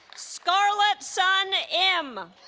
scarlet sun im